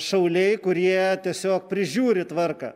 šauliai kurie tiesiog prižiūri tvarką